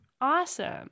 Awesome